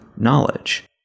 knowledge